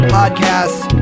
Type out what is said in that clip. podcasts